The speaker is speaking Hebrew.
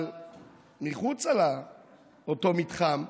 אבל מחוץ לאותו מתחם,